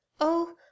Oh